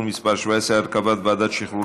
דיני הבחירות לרשויות המקומיות תעבור לוועדת הפנים